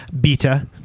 beta